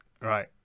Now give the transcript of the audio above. Right